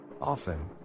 Often